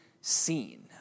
seen